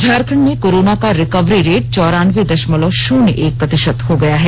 झारखंड में कोरोना का recovery rate चौरानबे दशमलव शून्य एक प्रतिशत हो गया है